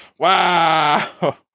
Wow